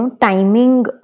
timing